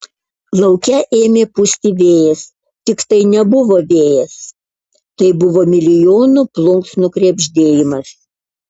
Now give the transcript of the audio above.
lauke ėmė pūsti vėjas tik tai nebuvo vėjas tai buvo milijonų plunksnų krebždėjimas